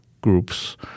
groups